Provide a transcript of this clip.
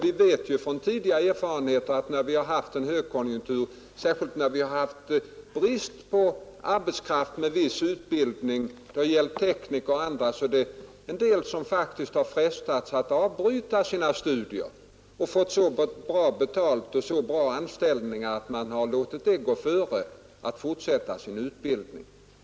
Av tidigare erfarenheter vet vi, att när vi har haft en högkonjunktur med brist på arbetskraft med viss utbildning, t.ex. tekniker och andra, så har en del människor frestats att avbryta sina studier därför att de har fått så bra anställningar och så bra löner att de har låtit detta gå före en fortsättning av utbildningen.